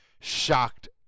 shocked